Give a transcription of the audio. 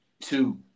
two